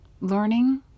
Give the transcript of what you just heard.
learning